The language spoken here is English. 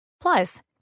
Plus